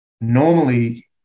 normally